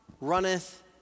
runneth